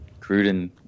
Gruden